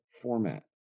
format